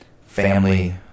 family